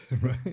right